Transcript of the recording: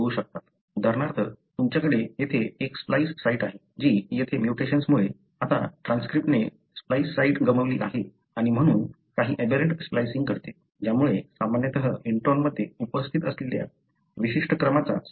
उदाहरणार्थ तुमच्याकडे येथे एक स्प्लाईस साइट आहे जी येथे म्यूटेशनमुळे आता ट्रान्सक्रिप्टने स्प्लाईस साइट गमावली आहे आणि म्हणून काही एबेरंट स्प्लायसिंग घडते ज्यामुळे सामान्यत इंट्रोनमध्ये उपस्थित असलेल्या विशिष्ट क्रमाचा समावेश होतो